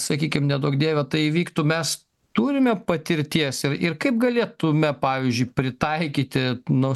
sakykime neduok dieve tai įvyktų mes turime patirties ir ir kaip galėtume pavyzdžiui pritaikyti nuo